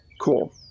cool